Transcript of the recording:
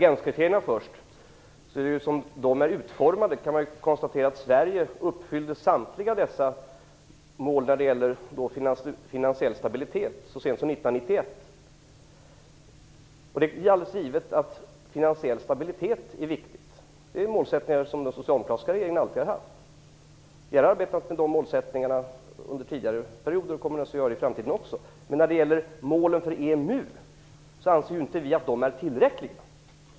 Herr talman! Sverige uppfyllde samtliga konvergenskrav som avser finansiell stabilitet så sent som 1991. Det är givet att det är viktigt med finansiell stabilitet. Det är en målsättning som den socialdemokratiska regeringen alltid har haft. Vi har arbetat utifrån den målsättningen under tidigare perioder och kommer naturligtvis att göra det i framtiden också. Vi anser dock inte att målen för EMU är tillräckliga.